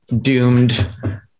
doomed